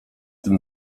tym